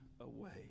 away